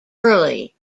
early